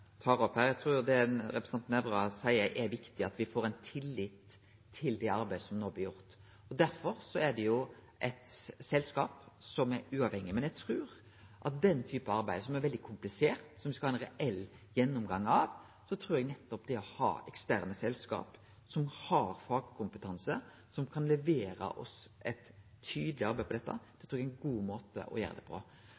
tar opp her. Eg trur det representanten Nævra seier, er viktig – at me får ein tillit til det arbeidet som no blir gjort – og derfor er det eit selskap som er uavhengig. Eg trur at med den typen arbeid, som er veldig komplisert, som ein skal ha ein reell gjennomgang av, er det å ha eksterne selskap som har fagkompetanse til å levere oss eit tydeleg arbeid på dette,